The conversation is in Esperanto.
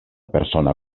persona